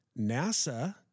nasa